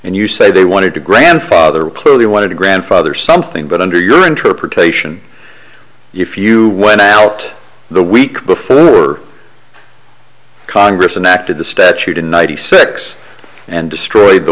and you say they wanted to grandfather clearly wanted to grandfather something but under your interpretation if you went out the week before they were congress and acted the statute in ninety six and destroyed the